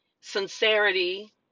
sincerity